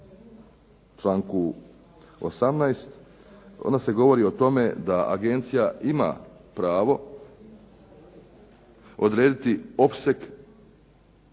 članku 18. onda se govori o tome da agencija ima pravo odrediti opseg